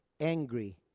angry